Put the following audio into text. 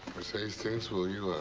miss hastings, will you, ah,